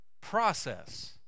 process